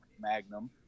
magnum